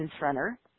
runner